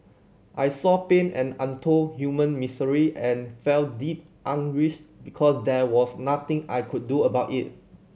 I saw pain and untold human misery and felt deep anguish because there was nothing I could do about it